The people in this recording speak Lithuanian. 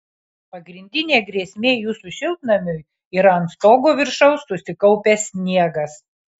pagrindinė grėsmė jūsų šiltnamiui yra ant stogo viršaus susikaupęs sniegas